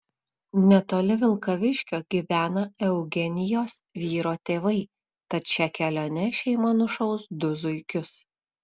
netoli vilkaviškio gyvena eugenijos vyro tėvai tad šia kelione šeima nušaus du zuikius